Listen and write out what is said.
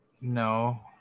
No